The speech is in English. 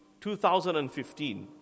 2015